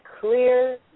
clear